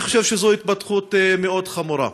אני חושב שזאת התפתחות מאוד חמורה.